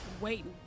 Waiting